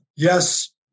Yes